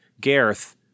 Gareth